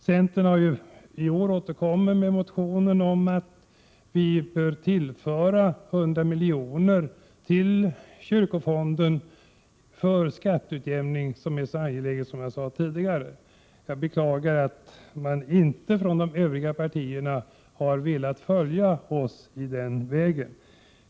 Centern har i år återkommit med motionen om att kyrkofonden bör tillföras 100 milj.kr. för skatteutjämning. Som jag sade tidigare är detta mycket angeläget. Jag beklagar att de övriga partierna inte har velat följa oss i det avseendet.